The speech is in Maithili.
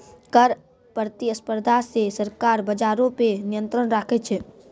कर प्रतिस्पर्धा से सरकार बजारो पे नियंत्रण राखै छै